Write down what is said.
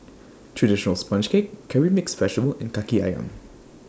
Traditional Sponge Cake Curry Mixed Vegetable and Kaki Ayam